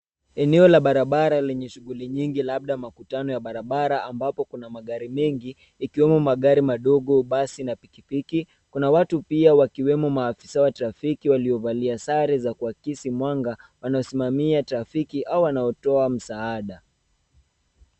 Eneo la barabara lenye shughuli nyingi labda makutano ya barabara ambapo kuna magari mengi ikiwemo magari madogo, basi na pikipiki. Kuna watu pia wakiwemo maafisa wa trafiki waliovalia sare za kuhakishi mwanga wanaosimamia taasisi au wanaotoa msaada.